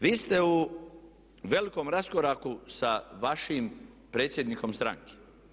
Vi ste u velikom raskoraku sa vašim predsjednikom stranke.